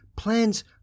Plans